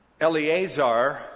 Eleazar